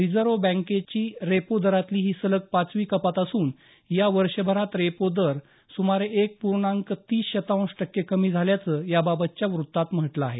reserve बँकेची repo दरातली ही सलग पाचवी कपात असून या वर्षभरात रेपो दर सुमारे एक पूर्णांक तीस शतांश टक्क्याने कमी झाल्याचं याबाबतच्या वृत्तात म्हटलं आहे